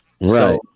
right